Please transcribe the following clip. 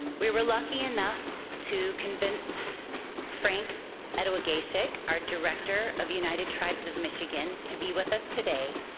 we were lucky enough to convince frank ettawageshik, our director of united tribes of michigan, to be with us today.